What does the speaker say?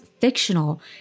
fictional